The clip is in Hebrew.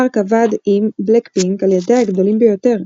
פארק עבר עם בלאקפינק על להיטיה הגדולים ביותר,